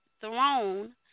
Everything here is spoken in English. throne